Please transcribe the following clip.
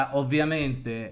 ovviamente